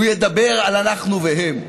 הוא ידבר על אנחנו והם,